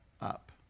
up